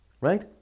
Right